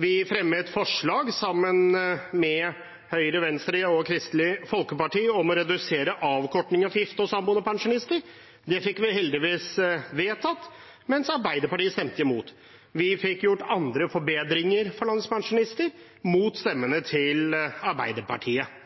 Vi fremmet forslag sammen med Høyre, Venstre og Kristelig Folkeparti om å redusere avkortningen for gifte og samboende pensjonister. Det fikk vi heldigvis vedtatt, men Arbeiderpartiet stemte imot. Vi fikk gjort andre forbedringer for landets pensjonister – mot stemmene til Arbeiderpartiet.